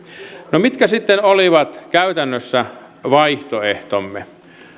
no mitkä sitten olivat käytännössä vaihtoehtomme